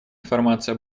информации